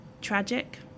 tragic